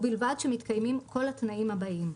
ובלבד שמתקיימים כל התנאים הבאים: